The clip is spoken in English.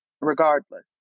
regardless